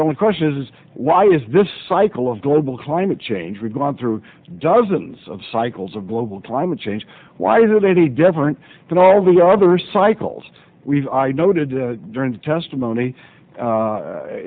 the only question is why is this cycle of global climate change we've gone through dozens of cycles of global climate change why is it any different than all the other cycles we've noted during the testimony